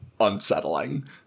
unsettling